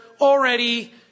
already